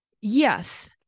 yes